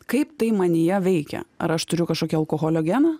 kaip tai manyje veikia ar aš turiu kažkokį alkoholio geną